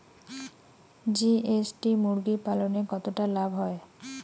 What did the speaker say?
GST মুরগি পালনে কতটা লাভ হয়?